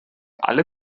alle